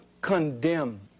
condemn